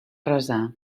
resar